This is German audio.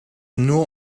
nur